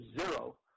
zero